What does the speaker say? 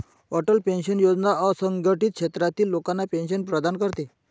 Atal pension योजना असंघटित क्षेत्रातील लोकांना पेन्शन प्रदान करते